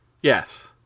Yes